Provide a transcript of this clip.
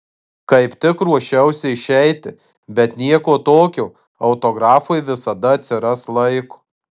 kaip tik ruošiausi išeiti bet nieko tokio autografui visada atsiras laiko